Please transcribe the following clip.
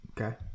Okay